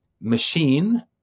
machine